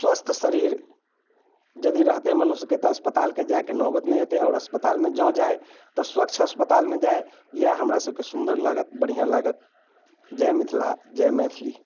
स्वस्थ शरीर यदि रहतै मनुष्यके तऽ अस्पतालके जायके नौबत नहि एतै आओर अस्पतालमे जँ जाइ तऽ स्वच्छ अस्पतालमे जाइ इएह हमरा सबके सुन्दर लागत बढ़िआँ लागत जय मिथिला जय मैथिली